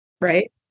right